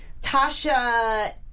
Tasha